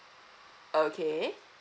okay